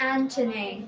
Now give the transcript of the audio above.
Antony